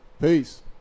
Peace